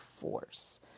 force